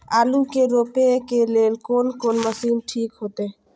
आलू के रोपे के लेल कोन कोन मशीन ठीक होते?